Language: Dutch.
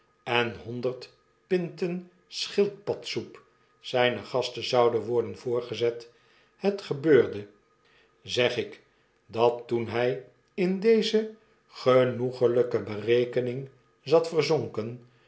en honder pinten schildpadsoep zynen gasten zouden worasa voorgezet het gebeurde zeg ik dat toen hjin deze genoegelijke berekening zat